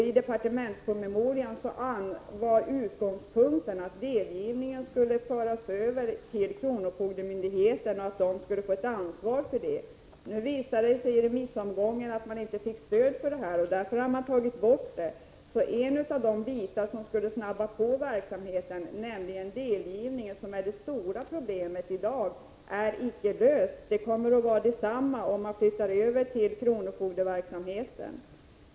I departementspromemorian var utgångspunkten att delgivningen skulle föras över till kronofogdemyndigheten och att man där skulle få ansvara för det. Nu visade det sig i remissomgången att det inte gick att få stöd för detta, och därför har förslaget tagits bort. En av de delar som skulle snabba på verksamheten, nämligen delgivningen, och som är ett stort problem i dag, är icke löst. Det kommer att bli detsamma även om den förs över till kronofogdeverksamheten.